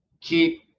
keep